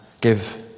give